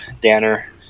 Danner